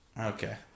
Okay